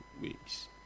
weeks